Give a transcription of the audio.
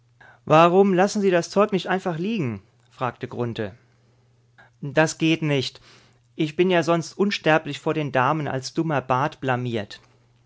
warum lassen sie das zeug nicht einfach liegen fragte grunthe das geht nicht ich bin ja sonst unsterblich vor den damen als dummer bat blamiert